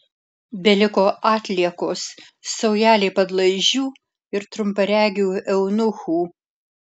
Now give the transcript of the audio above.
beliko atliekos saujelė padlaižių ir trumparegių eunuchų